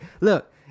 look